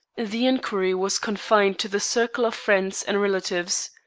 the inquiry was confined to the circle of friends and relatives.